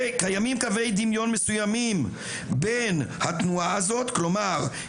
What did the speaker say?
"קיימים קווי דמיון מסוימים בין התנועה הזאת" כלומר,